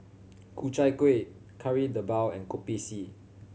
Ku Chai Kuih Kari Debal and Kopi C